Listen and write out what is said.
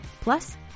Plus